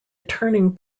turning